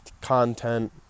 content